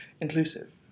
inclusive